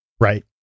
Right